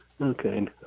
Okay